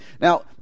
Now